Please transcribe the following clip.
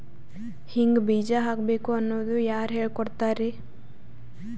ಹಿಂಗ್ ಬೀಜ ಹಾಕ್ಬೇಕು ಅನ್ನೋದು ಯಾರ್ ಹೇಳ್ಕೊಡ್ತಾರಿ?